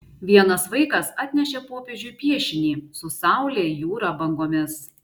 vienas vaikas atnešė popiežiui piešinį su saule jūra bangomis